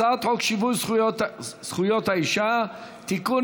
הצעת חוק שיווי זכויות האישה (תיקון,